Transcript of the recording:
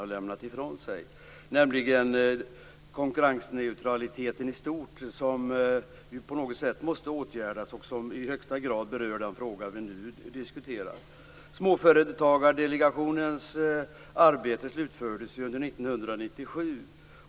Det gäller bl.a. konkurrensneutraliteten i stort som på något sätt måste åtgärdas och som i högsta grad berör den fråga som vi nu diskuterar. Småföretagsdelegationens arbete slutfördes ju under 1997.